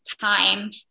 time